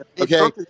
Okay